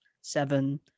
seven